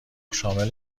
شامل